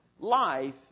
Life